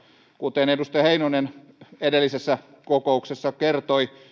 kuten edustaja heinonen edellisessä kokouksessa kertoi